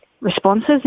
responses